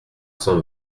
cent